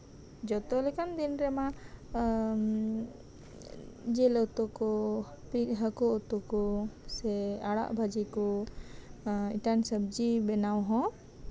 ᱡᱚᱛᱚ ᱞᱮᱠᱟᱱ ᱫᱤᱱ ᱨᱮᱢᱟ ᱡᱤᱞ ᱩᱛᱩ ᱠᱚ ᱦᱟᱹᱠᱩ ᱩᱛᱩ ᱟᱲᱟᱜ ᱩᱛᱩ ᱠᱚ ᱢᱤᱫᱴᱟᱱ ᱥᱚᱵᱡᱤ ᱵᱮᱱᱟᱣ ᱦᱚᱸ